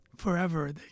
Forever